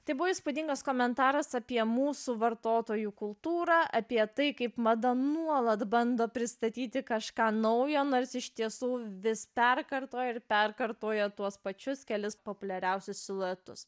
tai buvo įspūdingas komentaras apie mūsų vartotojų kultūrą apie tai kaip mada nuolat bando pristatyti kažką naujo nors iš tiesų vis perkartojo ir perkartojo tuos pačius kelis populiariausius siluetus